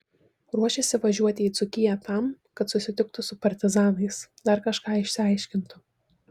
ruošėsi važiuoti į dzūkiją tam kad susitiktų su partizanais dar kažką išsiaiškintų